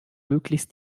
möglichst